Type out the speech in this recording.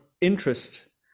interest